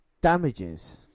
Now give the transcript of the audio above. damages